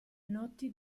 notti